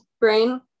brain